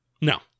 No